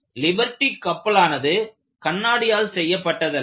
Liberty கப்பலானது கண்ணாடியால் செய்யப்பட்டதல்ல